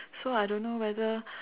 so I don't know whether